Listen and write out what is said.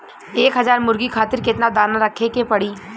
एक हज़ार मुर्गी खातिर केतना दाना रखे के पड़ी?